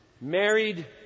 Married